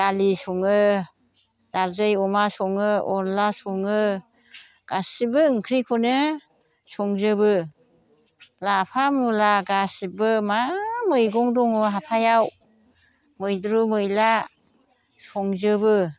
दालि सङो नारजि अमा सङो अनला सङो गासिबो ओंख्रिखौनो संजोबो लाफा मुला गासिबो मा मैगं दङ हाथाइयाव मैद्रु मैला संजोबो